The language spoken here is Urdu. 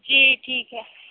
جی ٹھیک ہے